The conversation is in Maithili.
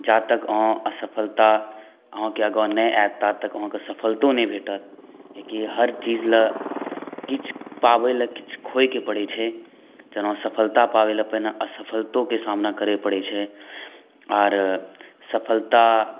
जा तक असफलता अहाँके आगाँ नहि आएत ता तक अहाँके सफलतो नहि भेटत किएकि हर चीज लए किछु पाबै लए किछु खोयेके पड़ै छै जेना सफलता पाबै लए पहिले असफलतोके सामना करै पड़ै छै आर सफलता